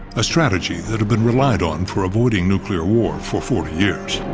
a strategy that had been relied on for avoiding nuclear war for forty years.